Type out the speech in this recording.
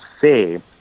say